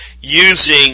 using